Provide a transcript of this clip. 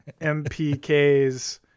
mpks